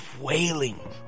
wailing